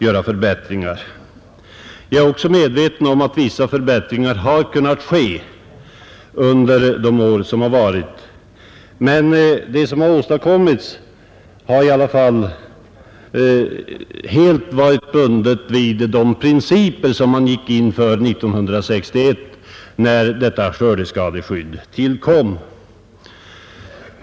Det är riktigt att vissa förbättringar kunnat ske under de år som gått, men det som åstadkommits har i alla fall helt varit bundet vid de principer som man 1961 gick in för, när skördeskadeskyddet tillkom.